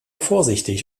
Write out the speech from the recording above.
vorsichtig